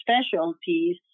specialties